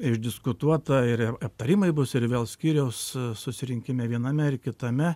išdiskutuota ir aptarimai bus ir vėl skyriaus susirinkime viename ir kitame